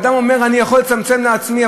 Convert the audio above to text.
אדם אומר: אני יכול לצמצם לעצמי,